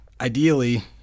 ideally